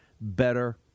better